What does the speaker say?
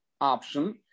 option